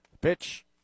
Pitch